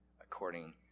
according